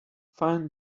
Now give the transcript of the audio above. find